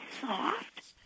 soft